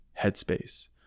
headspace